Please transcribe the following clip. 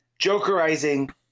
jokerizing